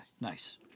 nice